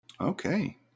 okay